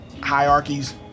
hierarchies